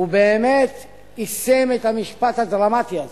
הוא באמת יישם את המשפט הדרמטי הזה,